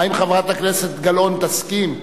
האם חברת הכנסת גלאון תסכים?